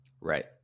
Right